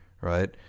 Right